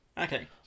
Okay